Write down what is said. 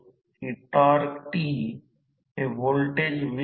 परंतु प्रेरण मोटर मध्ये कदाचित हे 30 ते 50 असेल